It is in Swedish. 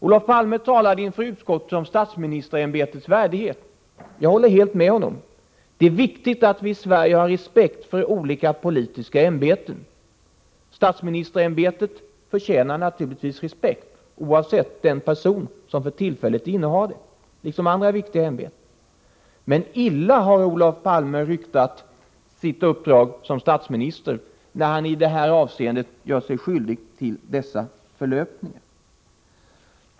Olof Palme talade inför utskottet om statsministerämbetets värdighet. Jag håller helt med honom. Det är viktigt att vi i Sverige har respekt för olika politiska ämbeten. Statsministerämbetet förtjänar naturligtvis respekt, oavsett vilken person som för tillfället innehar det. Detta gäller även andra viktiga ämbeten. Men illa har Olof Palme ryktat sitt uppdrag som statsminister, när han gör sig skyldig till alla dessa förlöpningar.